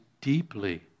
deeply